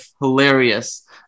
hilarious